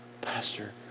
Pastor